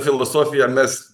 filosofija mes